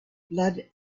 blood